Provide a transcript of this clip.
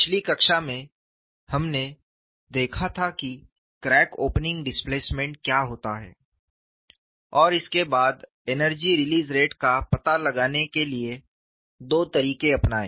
पिछली कक्षा में हमने देखा था कि क्रैक ओपनिंग डिसप्लेसमेंट क्या होता है और इसके बाद एनर्जी रिलीज़ रेट का पता लगाने के लिए दो तरीके अपनाए